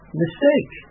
mistake